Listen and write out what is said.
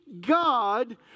God